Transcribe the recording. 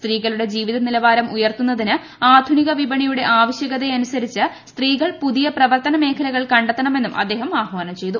സ്ത്രീകളുടെ ജീവിതനിലവാരം ഉയർത്തുന്നതിന് ആധുനിക വിപണിയുടെ ആവശ്യകതയനുസരിച്ച് സ്ത്രീകൾ പുതിയ പ്രവർത്തന മേഖലകൾ കണ്ടെത്തണമെന്നും അദ്ദേഹം ആഹ്വാനം ചെയ്തു